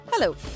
Hello